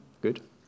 Good